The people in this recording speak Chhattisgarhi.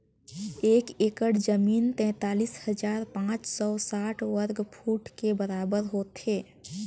एक एकड़ जमीन तैंतालीस हजार पांच सौ साठ वर्ग फुट के बराबर होथे